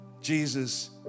Jesus